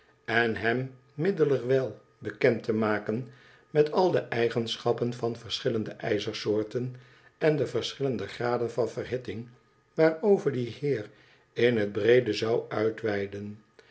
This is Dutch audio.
en hem middelerwijl bekend te maken met al de eigenschappen van verschillende ijzersoorten en de verschillende graden van verhitting waarover die hoer in het breede zou uitweiden